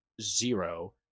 zero